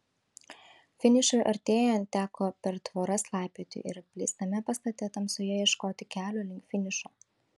finišui artėjant teko per tvoras laipioti ir apleistame pastate tamsoje ieškoti kelio link finišo